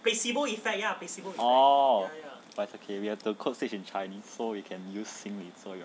oh but it's okay we have to code switch in chinese so we can use 心理作用